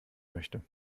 möchte